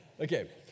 Okay